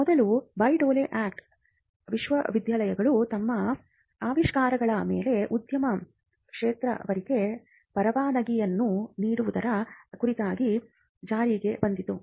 ಮೊದಲು Bayh Dole ಕಾಯ್ದೆಯು ವಿಶ್ವವಿದ್ಯಾಲಯಗಳು ತಮ್ಮ ಆವಿಷ್ಕಾರಗಳ ಮೇಲೆ ಉದ್ಯಮ ಕ್ಷೇತ್ರದವರಿಗೆ ಪರವಾನಿಗೆಯನ್ನು ನೀಡುವುದರ ಕುರಿತಾಗಿ ಜಾರಿಗೆ ಬಂದಿತು